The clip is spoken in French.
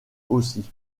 aussi